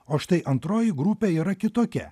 o štai antroji grupė yra kitokia